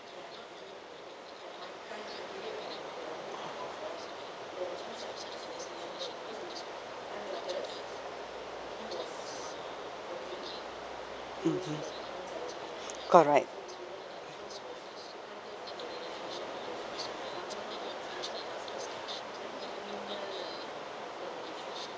mmhmm correct